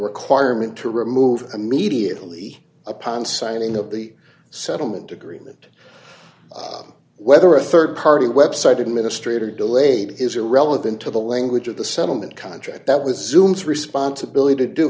requirement to remove immediately upon signing of the settlement agreement whether a rd party website administrator delayed is irrelevant to the language of the settlement contract that was zoom's responsibility to do